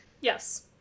Yes